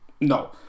no